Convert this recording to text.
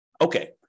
Okay